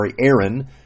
Aaron